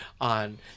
on